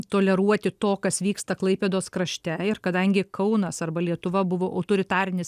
toleruoti to kas vyksta klaipėdos krašte ir kadangi kaunas arba lietuva buvo autoritarinis